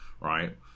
right